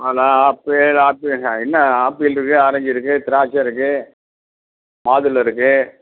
அதுதான் ஆப்பிள் ஆப்பிள்ங்க என்ன ஆப்பிள் இருக்குது ஆரஞ்சு இருக்குது திராட்சை இருக்குது மாதுளை இருக்குது